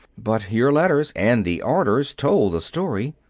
but your letters and the orders told the story.